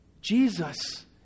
Jesus